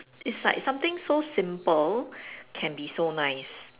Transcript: it's like something so simple can be so nice